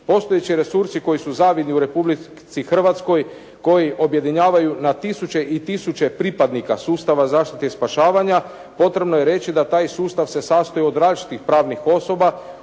Postojeći resursi koji su zavidni u Republici Hrvatskoj, koji objedinjavaju na tisuće i tisuće pripadnika sustava zaštite i spašavanja, potrebno je reći da taj sustav se sastoji od različitih pravnih osoba,